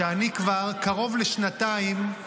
שאני כבר קרוב לשנתיים,